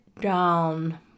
down